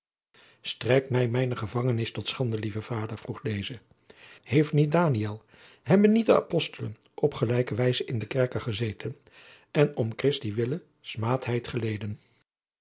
strekt mij mijne gevangenis tot schande lieve vader vroeg deze heeft niet daniel hebben niet de apostelen op gelijke wijze in den kerker gezeten en om christi wille smaadheid geleden